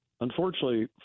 Unfortunately